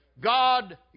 God